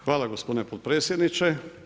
Hvala gospodine potpredsjedniče.